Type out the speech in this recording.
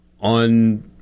on